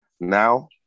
now